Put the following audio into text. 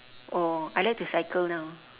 oh I like to cycle now